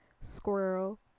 squirrel